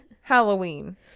Halloween